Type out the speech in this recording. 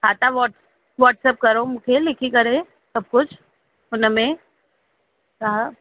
हा तव्हां व्हाटसप करो मूंखे लिखी करे सभु कुझु हुन में हा